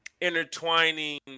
intertwining